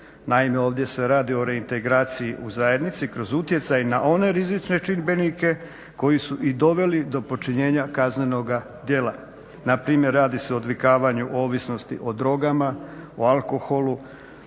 Naime, ovdje se radi reintegraciji u zajednici kroz utjecaj na one rizične čimbenike koji su i doveli do počinjenja kaznenoga djela. Npr. radi o odvikavanju od ovisnosti o drogama, o alkoholu,